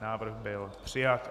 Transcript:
Návrh byl přijat.